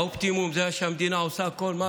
האופטימום הוא שהמדינה עושה הכול.